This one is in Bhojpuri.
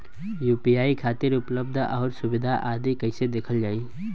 यू.पी.आई खातिर उपलब्ध आउर सुविधा आदि कइसे देखल जाइ?